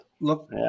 Look